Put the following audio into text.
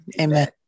amen